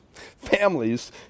families